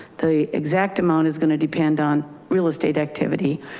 the exact amount is going to depend on. real estate activity,